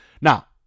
Now